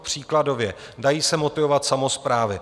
Příkladově dají se motivovat samosprávy.